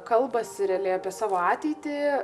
kalbasi realiai apie savo ateitį